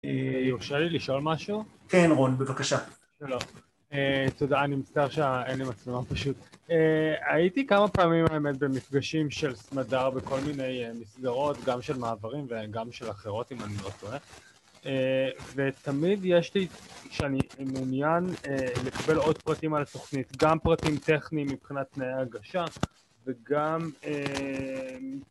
אהה יורשה לי לשאול משהו? כן רון בבקשה. שלום, תודה, אני מצטערשהה..אין לי מצלמה פשוט. הייתי כמה פעמים באמת במפגשים של סמדר וכל מיני מסגרות, גם של מעברים וגם של אחרות אם אני לא טועה. ותמיד יש לי כשאני מעוניין לקבל עוד פרטים על התוכנית, גם פרטים טכניים מבחינת תנאי ההגשה וגם